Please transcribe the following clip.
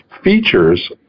features